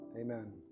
Amen